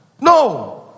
no